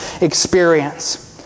experience